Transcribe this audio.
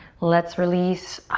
let's release.